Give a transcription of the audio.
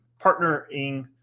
partnering